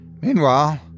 Meanwhile